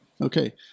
Okay